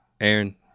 Aaron